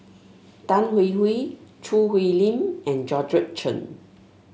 Tan Hwee Hwee Choo Hwee Lim and Georgette Chen